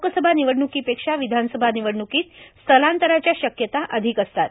लोकसभा निवडणुकीपेक्षा विधानसभा निवडणुकीत स्थलांतराच्या शक्यता अधिक असतात